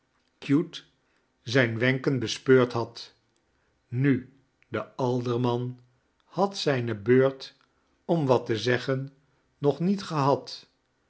cute zijn wenken bespeurd had nu de alderman had zijne beurt om wat te zeggen nog met gehad